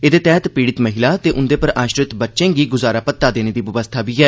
एह्दे तैह्त पीड़ित महिलाएं ते उंदे पर आश्रित बच्चें गी गुजारा भत्ता देने दी बवस्था बी ऐ